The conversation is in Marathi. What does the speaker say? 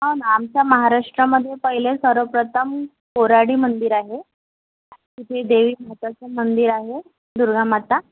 हो ना आमच्या महाराष्ट्र्मध्ये पहिले सर्वप्रथम कोराडी मंदिर आहे तिथे देवीमाताचं मंदिर आहे दुर्गामाता